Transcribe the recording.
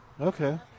Okay